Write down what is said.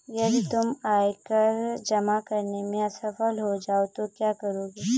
यदि तुम आयकर जमा करने में असफल हो जाओ तो क्या करोगे?